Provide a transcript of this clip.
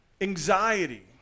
anxiety